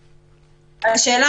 השאלה,